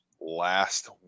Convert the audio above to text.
last